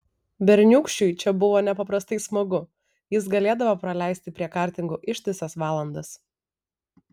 berniūkščiui čia buvo nepaprastai smagu jis galėdavo praleisti prie kartingų ištisas valandas